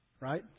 right